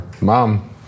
mom